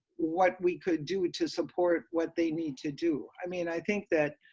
what we could do to support what they need to do. i mean, i think that,